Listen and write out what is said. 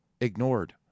ignored